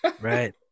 right